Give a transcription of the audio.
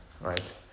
Right